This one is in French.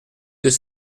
deux